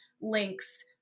links